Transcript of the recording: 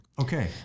Okay